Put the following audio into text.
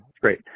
great